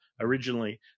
originally